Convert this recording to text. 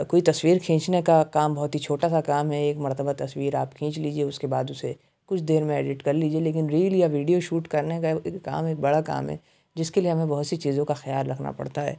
کوئی تصویر کھینچنے کا کام بہت ہی چھوٹا سا کام ہے ایک مرتبہ تصویر آپ کھنیچ لیجیے اس کے بعد اسے کچھ دیر میں ایڈٹ کر لیجیے لیکن ریل یا ویڈیو شوٹ کرنے کا ایک کام ہے ایک بڑا کام ہے جس کے لیے ہمیں بہت سی چیزوں کا خیال رکھنا پڑتا ہے